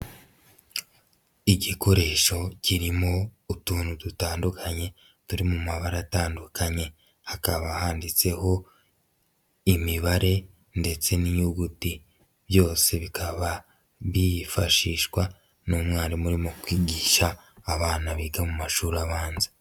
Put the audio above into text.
Igikoresho kirimo utuntu dutandukanye turi mu mabara atandukanye, hakaba handitseho imibare ndetse n'inyuguti byose bikaba byifashishwa n'umwarimu urimo kwigisha abana biga mu mashuri abanza.